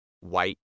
white